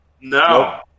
No